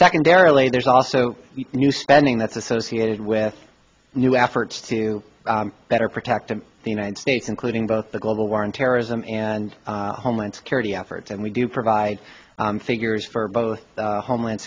secondarily there's also new spending that's associated with new efforts to better protect the united states including both the global war on terrorism and homeland security efforts and we do provide figures for both homeland